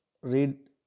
read